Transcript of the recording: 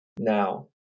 now